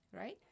Right